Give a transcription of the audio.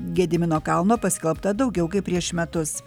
gedimino kalno paskelbta daugiau kaip prieš metus